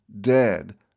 dead